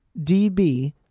DB